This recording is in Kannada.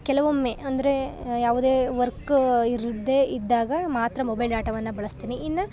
ಕೆಲವೊಮ್ಮೆ ಅಂದರೆ ಯಾವುದೇ ವರ್ಕ ಇರದೇ ಇದ್ದಾಗ ಮಾತ್ರ ಮೊಬೈಲ್ ಡಾಟಾವನ್ನು ಬಳಸ್ತೀನಿ ಇನ್ನು